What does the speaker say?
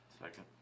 Second